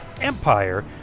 Empire